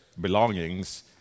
belongings